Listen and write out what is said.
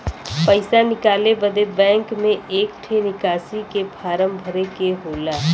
पइसा निकाले बदे बैंक मे एक ठे निकासी के फारम भरे के होला